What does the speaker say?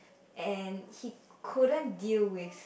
and he couldn't deal with